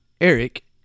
Eric